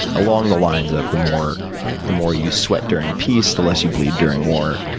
along the lines of, the more the more you sweat during peace, the less you bleed during war.